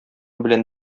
белән